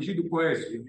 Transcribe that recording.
žydų poezijoj